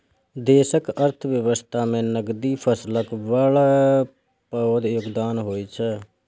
देशक अर्थव्यवस्था मे नकदी फसलक बड़ पैघ योगदान होइ छै